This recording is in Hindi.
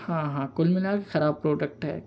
हाँ हाँ कुल मिलाकर खराब प्रोडक्ट है